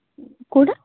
କୋଉଟା